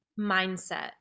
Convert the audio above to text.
mindset